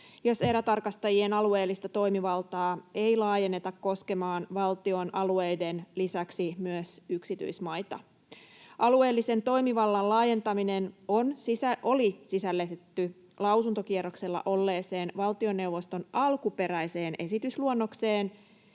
jos erätarkastajien alueellista toimivaltaa ei laajenneta koskemaan valtion alueiden lisäksi myös yksityismaita. Alueellisen toimivallan laajentaminen oli sisällytetty lausuntokierroksella olleeseen valtioneuvoston alkuperäiseen esitysluonnokseen,